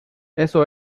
eso